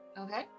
Okay